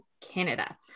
Canada